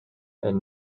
and